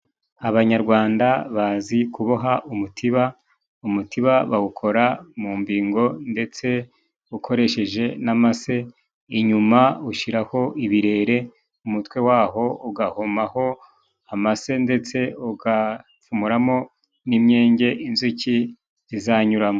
Abanyarwanda bazi kuboha umutiba. Umutiba bawukora mu mbingo ndetse ukoresheje n'amase inyuma ushyiraho ibirere ,umutwe waho ugahomaho amase ndetse ugapfumuramo n'imyenge inzuki zizanyuramo.